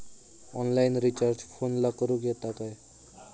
Online recharge फोनला करूक येता काय?